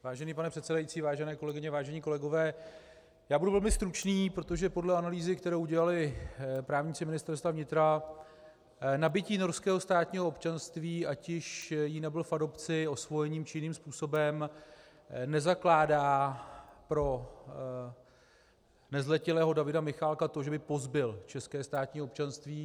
Vážený pane předsedající, vážené kolegyně, vážení kolegové, budu velmi stručný, protože podle analýzy, kterou dělali právníci Ministerstva vnitra, nabytí norského státního občanství ať již ji nabyl v adopci, osvojením, či jiným způsobem, nezakládá pro nezletilého Davida Michaláka to, že by pozbyl české státní občanství.